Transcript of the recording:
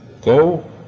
go